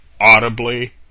audibly